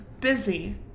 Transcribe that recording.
Busy